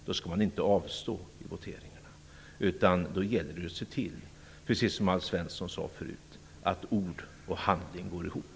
Då skall man inte avstå i voteringarna, utan då gäller det att se till att ord och handling går ihop, precis som Alf Svensson sade.